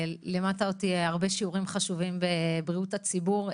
לימדת אותי הרבה שיעורים חשובים בבריאות הציבור,